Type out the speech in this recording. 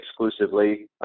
exclusively